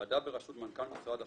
ועדה בראשות מנכ"ל משרד החינוך,